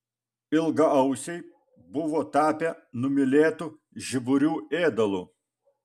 ilgaausiai buvo tapę numylėtu žiburių ėdalu